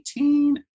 2018